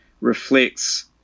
reflects